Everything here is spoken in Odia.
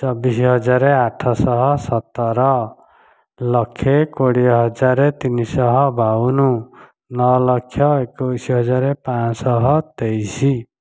ଚବିଶ ହଜାର ଆଠ ସହ ସତର ଲକ୍ଷେ କୋଡ଼ିଏ ହଜାର ତିନିଶହ ବାଉନ ନଅ ଲକ୍ଷ ଏକୋଇଶି ହଜାର ପାଞ୍ଚଶହ ତେଇଶି